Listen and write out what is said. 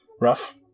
rough